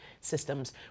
systems